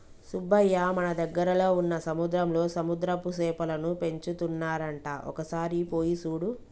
సుబ్బయ్య మన దగ్గరలో వున్న సముద్రంలో సముద్రపు సేపలను పెంచుతున్నారంట ఒక సారి పోయి సూడు